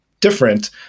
different